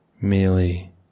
merely